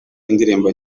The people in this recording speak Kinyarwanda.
indirimbo